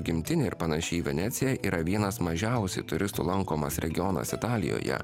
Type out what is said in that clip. gimtinė ir panaši į veneciją yra vienas mažiausiai turistų lankomas regionas italijoje